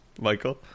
Michael